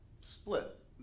split